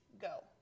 Go